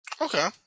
Okay